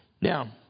Now